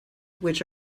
which